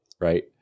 right